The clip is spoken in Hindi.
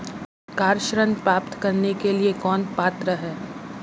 कार ऋण प्राप्त करने के लिए कौन पात्र है?